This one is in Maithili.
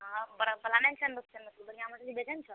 आ बड़ा बला नहि होइ छनि रूपचन मछली बढ़िआँ मछली बेचए नहि छऽ